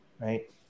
right